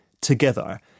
together